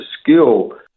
skill